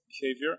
behavior